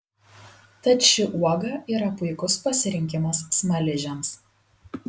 tad ši uoga yra puikus pasirinkimas smaližiams